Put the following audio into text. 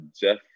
jeff